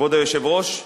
כבוד היושב-ראש,